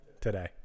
today